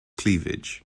cleavage